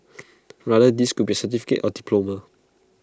rather this could be A certificate or diploma